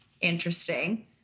interesting